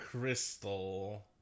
crystal